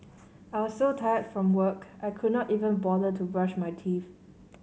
I was so tired from work I could not even bother to brush my teeth